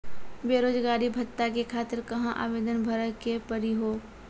बेरोजगारी भत्ता के खातिर कहां आवेदन भरे के पड़ी हो?